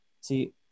See